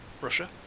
Russia